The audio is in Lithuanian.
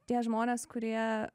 tie žmonės kurie